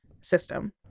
system